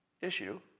issue